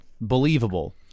believable